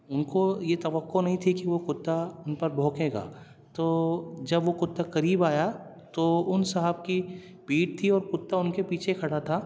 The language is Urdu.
ان کو یہ توقع نہیں تھی کہ وہ کتا ان پر بھونکے گا تو جب وہ کتا قریب آیا تو ان صاحب کی پیٹھ تھی اور کتا ان کے پیچھے کھڑا تھا